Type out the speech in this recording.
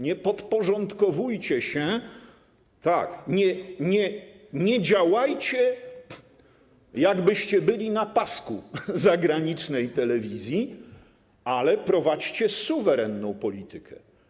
Nie podporządkowujcie się, nie działajcie, jakbyście byli na pasku zagranicznej telewizji, ale prowadźcie suwerenną politykę.